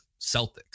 Celtics